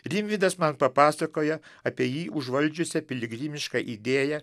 rimvydas man papasakoja apie jį užvaldžiusią piligriminę idėją